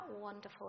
wonderful